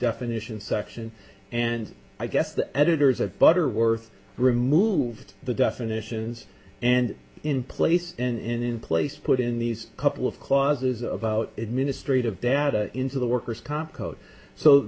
definition section and i guess the editors of butterworth removed the definitions and in place and in place put in these couple of clauses about administrative data into the worker's comp code so